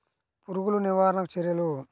పురుగులు నివారణకు చర్యలు?